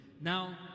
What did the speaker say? Now